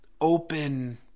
open